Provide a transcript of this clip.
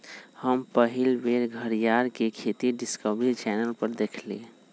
हम पहिल बेर घरीयार के खेती डिस्कवरी चैनल पर देखली